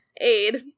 aid